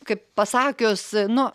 kaip pasakius nu